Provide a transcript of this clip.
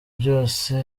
byose